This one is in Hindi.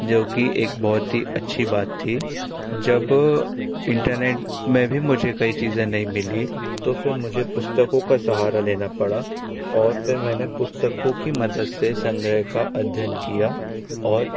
जो की एक बहुत ही अच्छी बात थी जब इंटरनेट में भी मुझे कई चीज़ें नहीं मिली तो फिर मुझे पुस्तकों का सहारा लेना पड़ा और फिर मैंने पुस्तकों की मदद से संग्रह का अध्ययन किया और